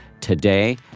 today